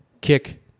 kick